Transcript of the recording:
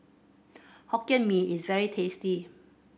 Hokkien Mee is very tasty